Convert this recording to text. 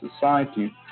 society